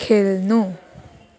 खेल्नु